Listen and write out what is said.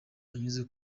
anyuze